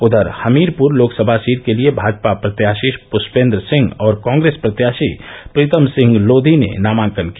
उधर हमीरपुर लोकसभा सीट के लिये भाजपा प्रत्याषी पुश्पेन्द्र सिंह और कॉग्रेस प्रत्याषी प्रीतम सिंह लोधी ने नामांकन किया